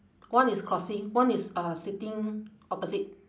one is crossing one is uh sitting opposite